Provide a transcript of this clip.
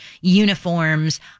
uniforms